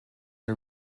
are